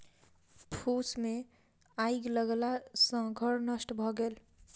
फूस मे आइग लगला सॅ घर नष्ट भ गेल